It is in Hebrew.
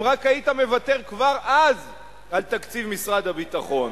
אם רק היית מוותר כבר אז על תקציב משרד הביטחון.